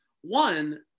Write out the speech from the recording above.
one